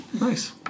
nice